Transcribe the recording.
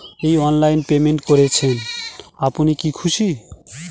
এই অনলাইন এ পেমেন্ট করছেন আপনি কি খুশি?